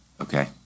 okay